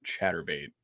chatterbait